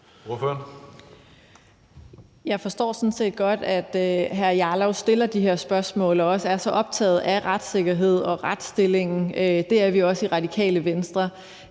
Jeg forstår sådan set godt, at hr. Rasmus Jarlov stiller de her spørgsmål og også er så optaget af retssikkerheden og retsstillingen. Det er vi også i Radikale Venstre.